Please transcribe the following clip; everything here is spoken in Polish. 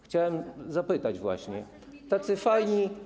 Chciałem zapytać właśnie, tacy fajni.